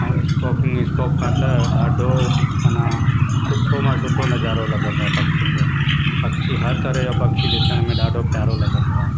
ऐं scoping scope खां त ॾाढो मना सुठो मां सुठो नज़ारो लॻंदो आहे पक्षीयुनि जो पक्षी हर तरह जो पक्षी ॾिसण में ॾाढो प्यारो लॻंदो आहे